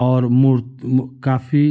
और मूर काफी